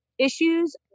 issues